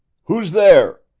who's there?